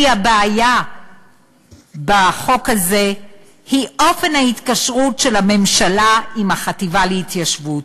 כי הבעיה בחוק הזה היא אופן ההתקשרות של הממשלה עם החטיבה להתיישבות,